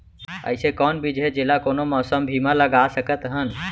अइसे कौन बीज हे, जेला कोनो मौसम भी मा लगा सकत हन?